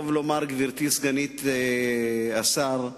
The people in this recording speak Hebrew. גברתי סגנית השר,